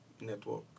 network